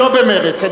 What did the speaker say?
לא במרצ.